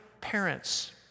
parents